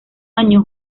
año